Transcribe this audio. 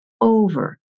over